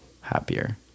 happier